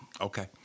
Okay